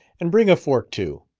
and bring a fork too.